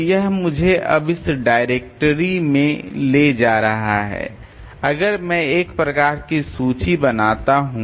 तो यह मुझे अब इस डायरेक्टरी में ले जा रहा है अगर मैं एक प्रकार की सूची बनाता हूं